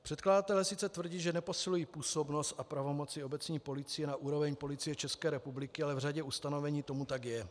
Předkladatelé sice tvrdí, že neposilují působnost a pravomoci obecní policie na úroveň Policie České republiky, ale v řadě ustanovení tomu tak je.